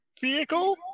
vehicle